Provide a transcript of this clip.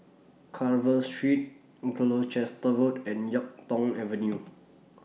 Carver Street Gloucester Road and Yuk Tong Avenue